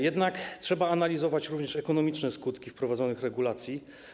Jednak trzeba analizować również ekonomiczne skutki wprowadzonych regulacji.